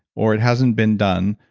or it hasn't been done,